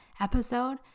episode